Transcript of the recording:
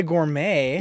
Gourmet